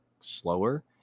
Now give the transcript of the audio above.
slower